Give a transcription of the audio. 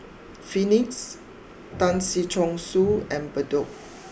Phoenix Tan Si Chong Su and Bedok